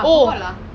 ya